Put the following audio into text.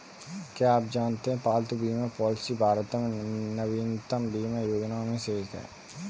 क्या आप जानते है पालतू बीमा पॉलिसी भारत में नवीनतम बीमा योजनाओं में से एक है?